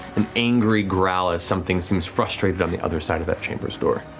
an angry growl as something seems frustrated on the other side of that chamber's door.